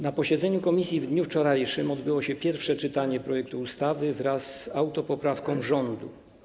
Na posiedzeniu komisji w dniu wczorajszym odbyło się pierwsze czytanie projektu ustawy wraz z autopoprawką rządu.